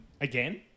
again